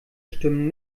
stimmen